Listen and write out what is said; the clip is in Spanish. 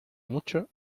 mucho